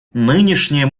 нынешние